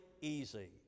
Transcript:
easy